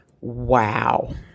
Wow